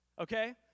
okay